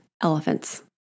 elephants